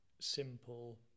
simple